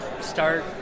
start